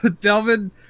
delvin